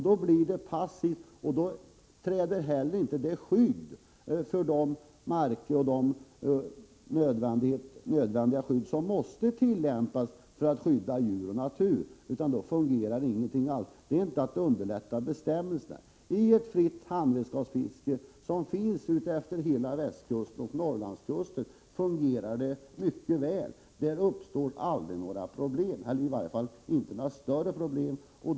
Då blir det passivt, då inträder inte heller det nödvändiga skyddet för marker, djur och natur som måste tillämpas och då fungerar ingenting alls. Det innebär inte att tillämpningen av bestämmelserna underlättas. I ett fritt handredskapsfiske, som finns utefter hela västkusten och Norrlandskusten, fungerar det mycket väl, och där uppstår inte några större problem.